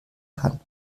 kann